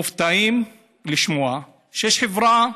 מופתעים לשמוע שיש חברה,